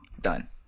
done